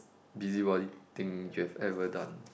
busybody thing you have ever done